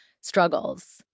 struggles